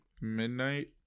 midnight